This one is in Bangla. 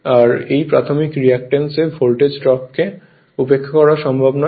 আর তাই প্রাথমিক রিঅ্যাক্ট্যান্স এ ভোল্টেজ ড্রপকে উপেক্ষা করা সম্ভব নয়